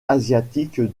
asiatique